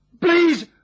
Please